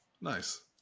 Nice